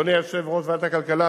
אדוני יושב-ראש ועדת הכלכלה,